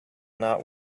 not